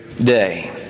day